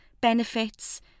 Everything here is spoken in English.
benefits